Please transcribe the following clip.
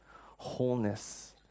wholeness